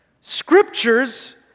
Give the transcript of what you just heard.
Scriptures